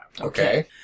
Okay